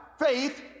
faith